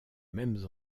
mêmes